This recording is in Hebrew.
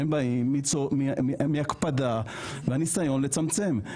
הן באות מההקפדה והניסיון לצמצם.